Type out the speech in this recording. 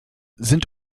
sind